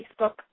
Facebook